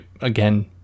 again